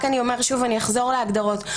אני אחזור להגדרות.